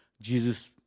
Jesus